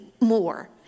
more